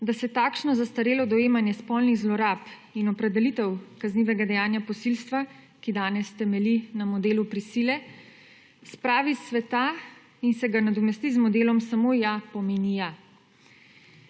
da se takšno zastarelo dojemanje spolnih zlorab in opredelitev kaznivega dejanja posilstva, ki danes temelji na modelu prisile, spravi iz sveta in se ga nadomesti z modelom Samo ja pomeni ja.